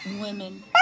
women